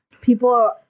people